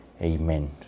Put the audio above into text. Amen